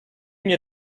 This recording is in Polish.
mnie